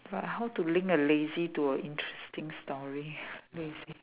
but how to link a lazy to a interesting story lazy